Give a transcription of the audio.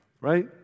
right